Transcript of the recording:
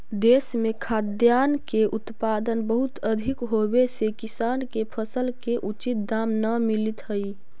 देश में खाद्यान्न के उत्पादन बहुत अधिक होवे से किसान के फसल के उचित दाम न मिलित हइ